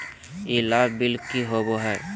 ई लाभ बिल की होबो हैं?